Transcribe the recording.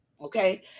okay